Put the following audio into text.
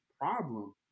problem